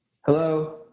Hello